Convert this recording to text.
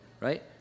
right